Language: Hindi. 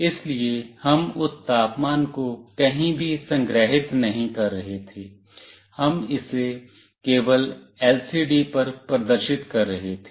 इसलिए हम उस तापमान को कहीं भी संग्रहीत नहीं कर रहे थे हम इसे केवल एलसीडी पर प्रदर्शित कर रहे थे